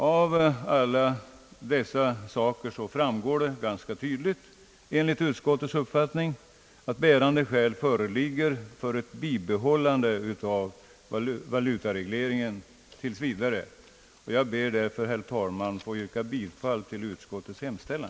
Av alla dessa saker framgår det ganska tydligt, enligt utskottets uppfattning, att bärande skäl föreligger för ett bibehållande av valutaregleringen tills vidare. Jag ber därför, herr talman, att få yrka bifall till utskottets hemställan.